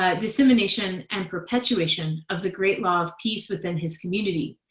ah dissemination, and perpetuation of the great law of peace within his community.